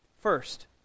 first